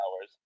hours